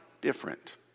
different